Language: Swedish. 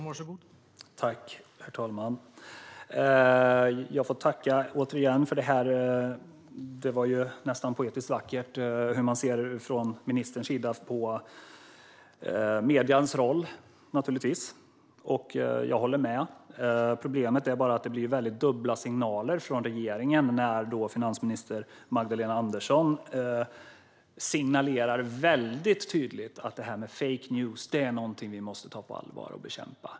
Herr talman! Jag får återigen tacka. Hur ministern ser på mediernas roll var ju nästan poetiskt vackert, och jag håller med. Problemet är bara att det kommer väldigt dubbla signaler från regeringen när finansminister Magdalena Andersson väldigt tydligt säger att det här med fake news är någonting som vi måste ta på allvar och bekämpa.